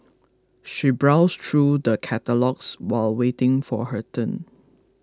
she browsed through the catalogues while waiting for her turn